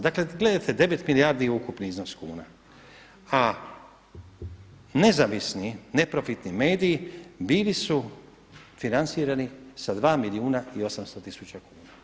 Dakle, gledajte 9 milijardi je ukupni iznos kuna a nezavisni, neprofitni mediji bili su financirani sa 2 milijuna i 800 tisuća kuna.